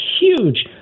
huge